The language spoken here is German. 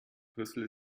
brüssel